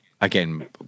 again